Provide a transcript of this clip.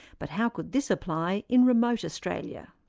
but how could this apply in remote australia?